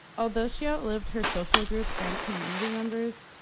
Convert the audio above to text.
although she outlived her social group and community members,